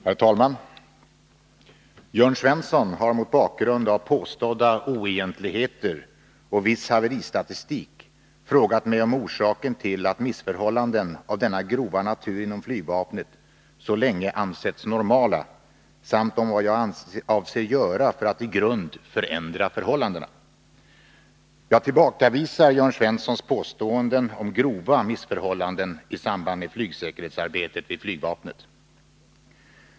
Herr talman! Jörn Svensson har mot bakgrund av påstådda oegentligheter och viss haveristatistik frågat mig om orsaken till att missförhållanden av denna grova natur inom flygvapnet så länge ansetts ”normala”, samt om vad jag avser göra för att i grund förändra förhållandena. Jag tillbakavisar Jörn Svenssons påståenden om grova missförhållanden i samband med flygsäkerhetsarbetet vid flygvapnet.